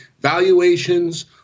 valuations